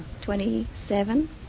Twenty-seven